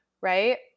right